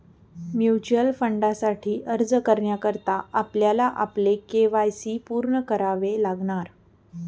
mutual फंडासाठी अर्ज करण्याकरता आपल्याला आपले के.वाय.सी पूर्ण करावे लागणार